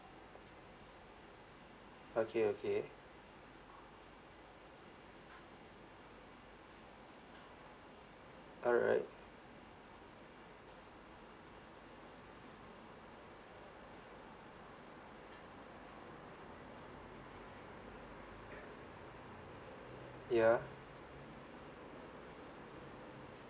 okay okay all right ya